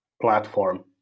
platform